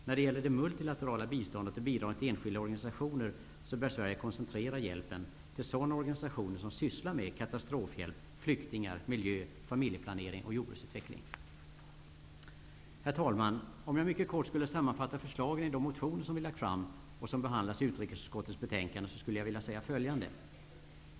När det gäller det multilaterala biståndet och bidragen till enskilda organisationer bör Sverige koncentrera hjälpen till sådana organisationer som sysslar med katastrofhjälp, flyktingar, miljö, familjeplanering och jordbruksutveckling. Herr talman! Om jag mycket kort skulle sammanfatta förslagen i de motioner som vi lagt fram och som behandlats i utrikesutskottets betänkande skulle jag vilja säga följande.